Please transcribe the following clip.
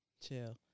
Chill